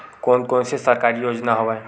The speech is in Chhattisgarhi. कोन कोन से सरकारी योजना हवय?